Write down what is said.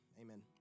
amen